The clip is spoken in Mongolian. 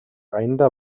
аяндаа